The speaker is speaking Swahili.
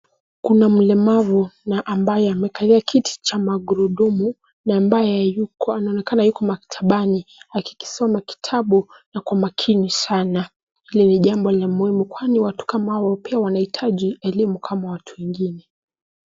Kuna mlemavu na ambaye amekalia kiti cha magurudumu na ambaye anaoneka yuko maktabani akikisoma kitabu na kwa makini sana lile jambo la muhimu kwani watu kama hao pia wanaitaji elimu kama watu wengine.